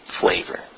flavor